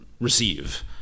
receive